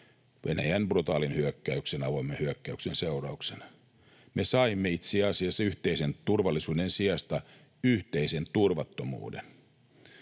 Venäjän brutaalin hyökkäyksen, avoimen hyökkäyksen seurauksena. Me saimme itse asiassa yhteisen turvallisuuden sijasta yhteisen turvattomuuden.